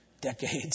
decades